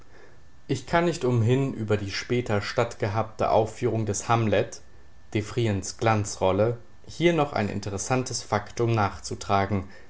devrientich kann nicht umhin über die später stattgehabte aufführung des hamlet devrients glanzrolle hier noch ein interessantes faktum nachzutragen